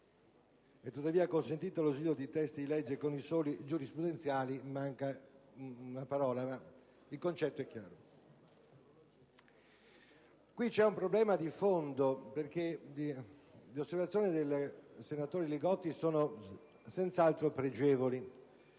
«è tuttavia consentito l'ausilio del testo di legge con i soli giurisprudenziali»: manca una parola, anche se il concetto è chiaro. Qui vi è un problema di fondo, perché le osservazioni del senatore Li Gotti sono senz'altro pregevoli.